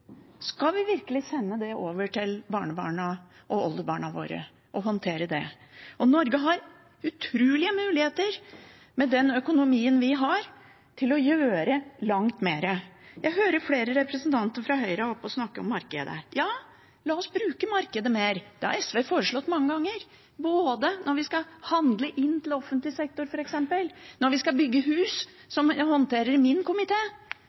Skal vi virkelig sende over til barnebarna og oldebarna våre å håndtere det? Norge har også utrolige muligheter med den økonomien vi har, til å gjøre langt mer. Jeg hører flere representanter fra Høyre er oppe og snakker om markedet. Ja, la oss bruke markedet mer. Det har SV foreslått mange ganger, både når vi skal handle inn til offentlig sektor, f.eks., og når vi skal bygge hus, som vi håndterer i min